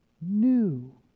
new